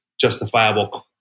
justifiable